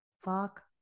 fuck